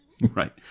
Right